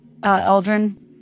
Eldrin